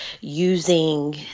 using